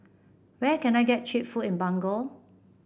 where can I get cheap food in Banjul